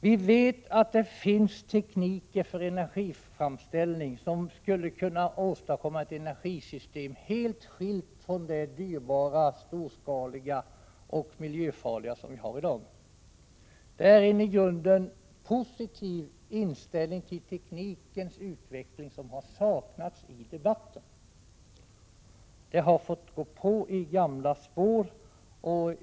Vi vet att det finns tekniker för energiframställning som skulle kunna åstadkomma ett energisystem helt skilt från det dyrbara storskaliga och miljöfarliga vi har i dag. Det är en i grunden positiv inställning till teknikens utveckling som saknats i debatten. Allt har fått gå på i gamla spår.